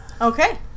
Okay